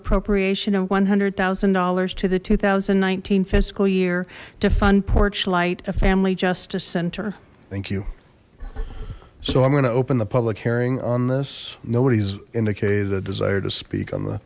appropriation of one hundred thousand dollars to the two thousand and nineteen fiscal year to fund porchlight a family justice center thank you so i'm gonna open the public hearing on this nobody's indicated a desire to speak on the